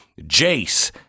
Jace